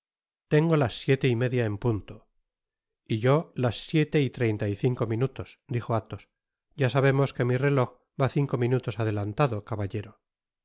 tengo las siete y media en punto y yo las siete y treinta y cinco minutos dijo athos ya sabemos que mi reloj va cinco minutos adelantado caballero